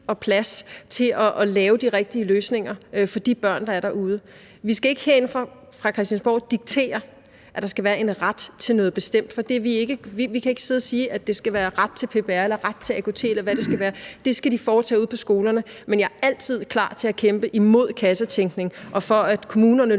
og plads til at lave de rigtige løsninger for de børn, der er derude. Vi skal ikke herinde fra Christiansborg diktere, at der skal være en ret til noget bestemt, for vi kan ikke sidde og sige, at det skal være ret til PPR eller ret til AKT, eller hvad det skal være – det skal de gøre ude på skolerne. Men jeg er altid klar til at kæmpe imod kassetænkning og for, at kommunerne